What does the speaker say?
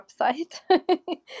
website